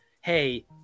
hey